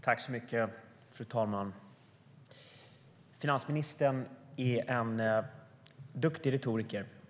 Fru talman! Finansministern är en duktig retoriker.